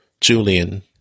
Julian